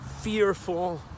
fearful